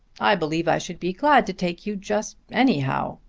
i believe i should be glad to take you just anyhow.